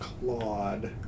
Claude